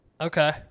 Okay